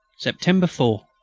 september four.